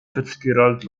fitzgerald